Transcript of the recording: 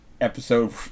episode